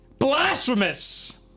blasphemous